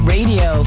Radio